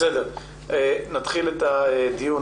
בסדר, נתחיל את הדיון.